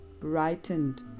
brightened